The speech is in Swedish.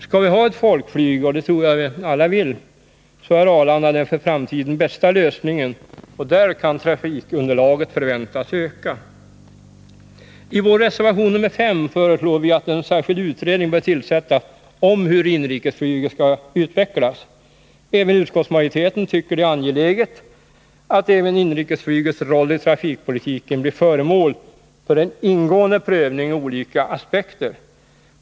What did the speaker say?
Skall vi ha ett folkflyg — det tror jag alla vill — så är Arlanda den för framtiden bästa lösningen. Där kan trafikunderlaget förväntas öka. I vår reservation nr 5 föreslår vi att en särskild utredning tillsätts om hur inrikesflyget skall utvecklas. Även utskottsmajoriteten tycker det är angeläget att också inrikesflygets roll i trafikpolitiken blir föremål för en ingående prövning ur olika aspekter.